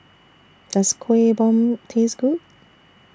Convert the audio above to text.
Does Kueh Bom Taste Good